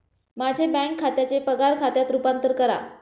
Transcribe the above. माझे बँक खात्याचे पगार खात्यात रूपांतर करा